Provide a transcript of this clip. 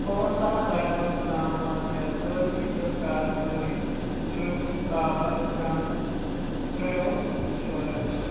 پانژھ ساس رقمَس تام وَن مےٚ ذٲتی تہٕ کاربٲری ٹرپ باپتھ کانٛہہ ٹریول انشورنس